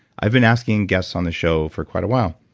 i've been asking guests on the show for quite a while,